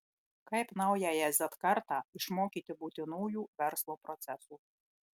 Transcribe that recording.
kaip naująją z kartą išmokyti būtinųjų verslo procesų